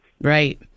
Right